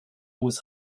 was